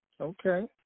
Okay